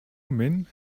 men